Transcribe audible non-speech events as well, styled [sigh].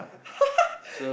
[laughs]